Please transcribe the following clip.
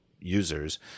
users